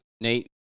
Nate